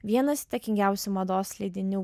vienas įtakingiausių mados leidinių